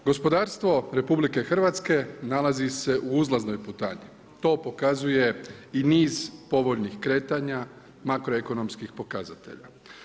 Gospodarstvo RH nalazi se u uzlaznoj putanji, to pokazuje i niz povoljnih kretanja makroekonomskih pokazatelja.